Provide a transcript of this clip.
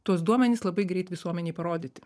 tuos duomenis labai greit visuomenei parodyti